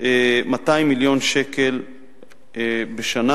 200 מיליון שקל בשנה.